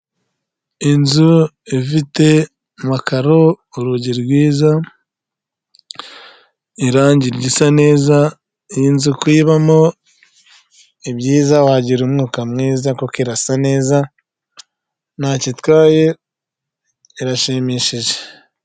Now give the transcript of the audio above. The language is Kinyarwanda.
Inzu ifite amakaro urugi rwiza irangi risa neza iyi inzu kuyibamo ibyiza wagira umwuka mwiza kuko irasa neza ntacyo itwaye irashimishije.